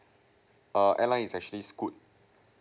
err airline is actually scoot